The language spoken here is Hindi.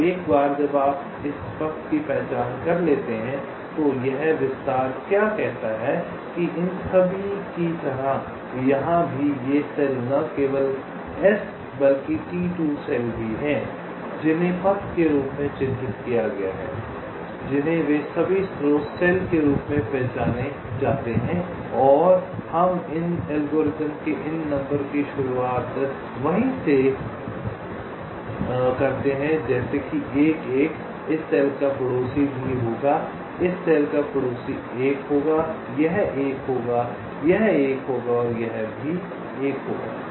अब एक बार जब आप इस पथ की पहचान कर लेते हैं तो यह विस्तार क्या कहता है कि इन सभी की तरह यहाँ भी ये सभी सेल न केवल S बल्कि T2 सेल भी हैं जिन्हें पथ के रूप में चिह्नित किया गया है जिन्हें वे सभी स्रोत सेल के रूप में पहचाने जाते हैं और हम इन एल्गोरिथम के इन नंबर की शुरुआत वहाँ से होती है जैसे कि 1 1 इस सेल का पड़ोसी भी 1 होगा इस सेल का पड़ोसी 1 होगा यह 1 होगा यह 1 होगा यह भी 1 होगा